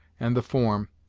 and the form,